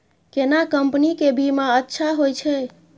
केना कंपनी के बीमा अच्छा होय छै?